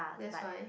that's why